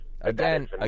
again